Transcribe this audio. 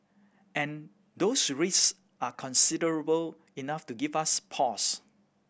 and those risk are considerable enough to give us pause